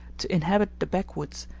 to inhabit the backwoods,